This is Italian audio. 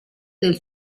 del